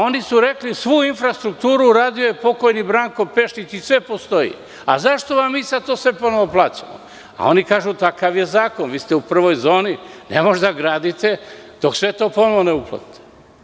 Oni su rekli da je svu infrastrukturu radio pokojni Branko Pešić i sve postoji i zašto vam mi sve to sada ponovo plaćamo, a oni kažu – takav je zakon, vi ste u prvoj zoni, ne možete da gradite dok sve to ponovo ne uplatiti.